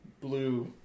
blue